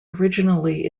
originally